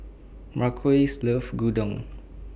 Marquise loves Gyudon